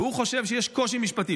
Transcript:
ואם הוא חושב שיש קושי משפטי,